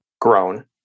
grown